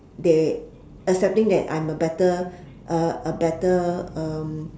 they accepting that I'm a better uh a better um